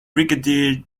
brigadier